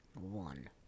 one